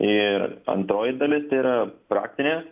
ir antroji dalis tai yra praktinė